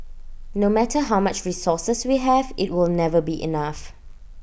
no matter how much resources we have IT will never be enough